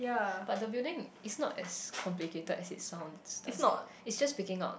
but the building is not as complicated as it sounds does it it just picking out